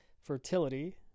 fertility